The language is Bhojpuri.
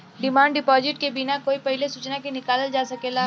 डिमांड डिपॉजिट के बिना कोई पहिले सूचना के निकालल जा सकेला